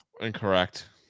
Incorrect